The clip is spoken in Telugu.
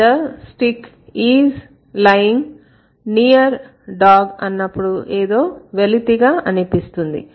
కానీ the stick is lying near dog అన్నప్పుడు ఏదో వెలితిగా అనిపిస్తుంది